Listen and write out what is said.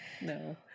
No